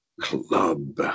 club